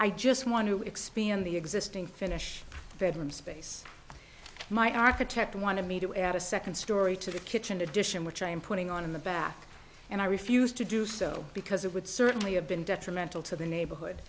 i just want to expand the existing finish bedroom space my architect wanted me to add a second story to the kitchen addition which i am putting on in the bath and i refused to do so because it would certainly have been detrimental to the neighborhood